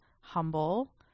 humble